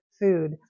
food